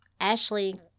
Ashley